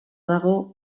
dago